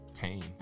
pain